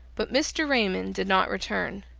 but mr. raymond did not return.